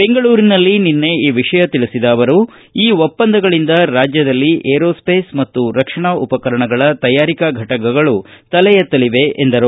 ಬೆಂಗಳೂರಿನಲ್ಲಿ ನಿನ್ನೆ ಈ ವಿಷಯ ತಿಳಿಸಿದ ಅವರು ಈ ಒಪ್ಪಂದಗಳಂದ ರಾಜ್ಯದಲ್ಲಿ ಏರೋ ಸ್ವೇಷ್ ಮತ್ತು ರಕ್ಷಣಾ ಉಪಕರಣಗಳ ತಯಾರಿಕಾ ಫಟಕಗಳು ತಲೆ ಎತ್ನಲಿವೆ ಎಂದರು